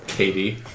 Katie